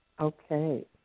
Okay